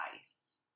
ICE